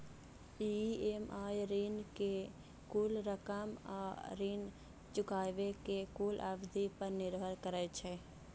EMI ऋण के कुल रकम आ ऋण चुकाबै के कुल अवधि पर निर्भर करै छै